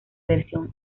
versión